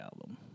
album